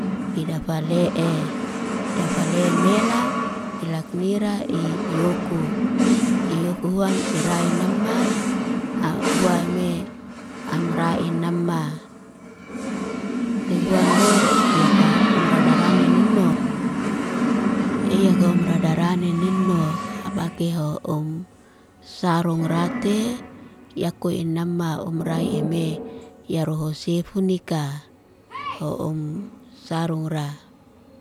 Idafale'e, idafale mela ilaknira i iyoku. Iyoko huan irai namma, a huaime amra inamma. Lihuan lo iyaka umradarane neno, iyako umradarani nino, habaki hou um. Sarungrate yakui inamma umra ime, yaruhusifnika hou um sarungra.